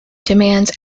demand